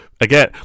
Again